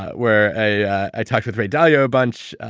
where i talked with ray dalio, a bunch,